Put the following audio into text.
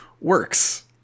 works